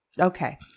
Okay